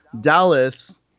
Dallas